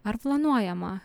ar planuojama